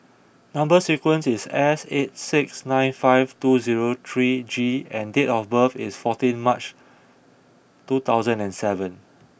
number sequence is S eight six nine five two zero three G and date of birth is fourteen March two thousand and seven